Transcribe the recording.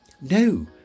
No